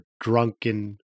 drunken